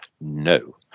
no